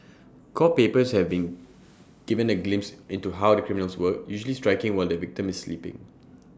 court papers have been given A glimpse into how the criminals work usually striking while the victim is sleeping